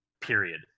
period